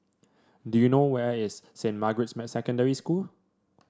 do you know where is Saint Margaret's Secondary School